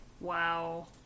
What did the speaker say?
Wow